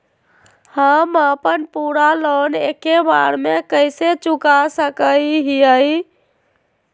हम अपन पूरा लोन एके बार में कैसे चुका सकई हियई?